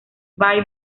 bye